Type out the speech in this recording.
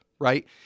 Right